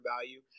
value